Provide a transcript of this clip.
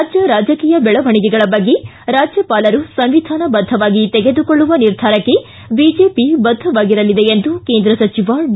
ರಾಜ್ಯ ರಾಜಕೀಯ ಬೆಳವಣಿಗೆಗಳ ಬಗ್ಗೆ ರಾಜ್ಯಪಾಲರು ಸಂವಿಧಾನಬದ್ದವಾಗಿ ತೆಗೆದುಕೊಳ್ಳುವ ನಿರ್ಧಾರಕ್ಕೆ ಬಿಜೆಪಿ ಬದ್ದವಾಗಿರಲಿದೆ ಎಂದು ಕೇಂದ್ರ ಸಚಿವ ಡಿ